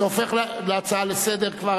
זה הופך להצעה לסדר-היום.